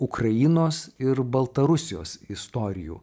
ukrainos ir baltarusijos istorijų